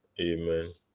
Amen